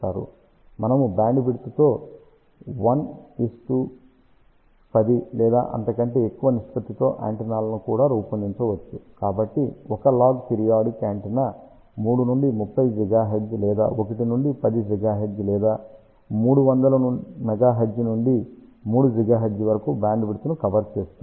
మనము బ్యాండ్విడ్త్తో 1 10 లేదా అంతకంటే ఎక్కువ నిష్పత్తితో యాంటెన్నాలను కూడా రూపొందించవచ్చు కాబట్టి 1 లాగ్ పిరియాడిక్ యాంటెన్నా 3 నుండి 30 GHz లేదా 1 నుండి 10 GHz లేదా 300 MHz నుండి 3 GHz వరకు బ్యాండ్విడ్త్ను కవర్ చేస్తుంది